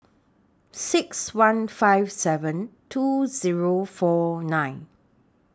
six one five seven two Zero four nine